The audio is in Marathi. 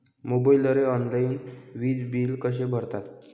मोबाईलद्वारे ऑनलाईन वीज बिल कसे भरतात?